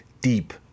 deep